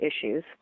issues